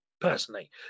personally